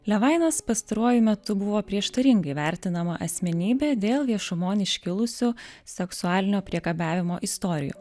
levainas pastaruoju metu buvo prieštaringai vertinama asmenybė dėl viešumon iškilusių seksualinio priekabiavimo istorijų